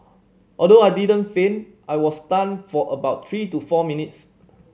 although I didn't faint I was stunned for about three to four minutes